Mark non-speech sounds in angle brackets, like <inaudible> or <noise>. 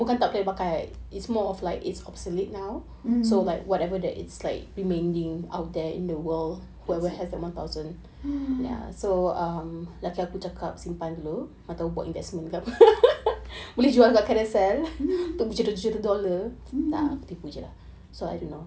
mmhmm <noise> mmhmm